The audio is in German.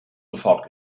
sofort